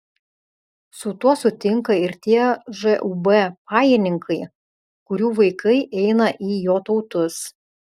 su tuo sutinka ir tie žūb pajininkai kurių vaikai eina į jotautus